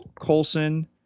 Colson